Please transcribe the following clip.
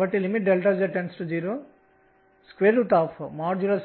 మరియు దీని పరిమితులు ఏమిటో మనం చూస్తాము ఇది ∫L2 Lz2sin2 dθ